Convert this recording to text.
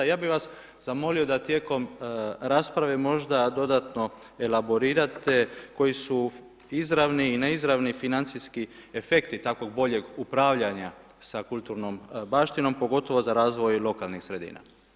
Ja bi vas zamolio da tijekom rasprave možda dodatno elaborirate koji su izravni i neizravni financijski efekti, takvog boljeg upravljanja sa kulturnom baštinom, pogotovo za razvoj lokalnih sredina.